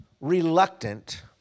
reluctant